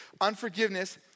unforgiveness